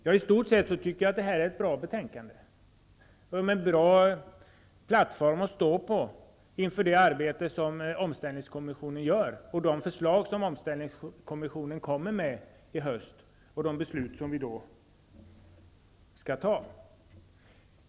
I stort sett tycker jag att det är ett bra betänkande, en bra plattform att stå på inför det arbete som omställningskommissionen gör, de förslag som kommissionen kommer med i höst och de beslut som vi då skall fatta.